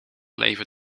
leven